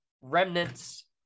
remnants